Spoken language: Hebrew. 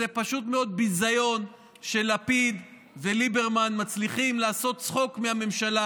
זה פשוט מאוד ביזיון שלפיד וליברמן מצליחים לעשות צחוק מהממשלה